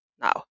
Now